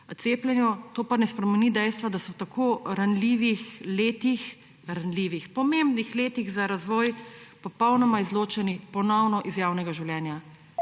cepljenju. To pa ne spremeni dejstva, da so v tako ranljivih letih, ranljivih – pomembnih letih za razvoj ponovno popolnoma izločeni iz javnega življenja.